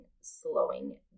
slowing